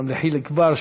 וגם לחיליק בר,